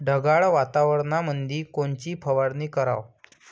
ढगाळ वातावरणामंदी कोनची फवारनी कराव?